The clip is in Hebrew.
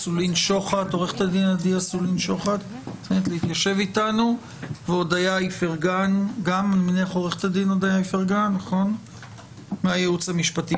עו"ד עדי אסולין שוחט ועו"ד אודיה איפרגן מהייעוץ המשפטי.